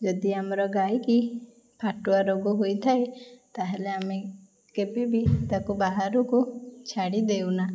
ଯଦି ଆମର ଗାଈ କି ଫାଟୁଆ ରୋଗ ହୋଇଥାଏ ତା'ହେଲେ ଆମେ କେବେବି ତାକୁ ବାହାରକୁ ଛାଡ଼ିଦେଉନା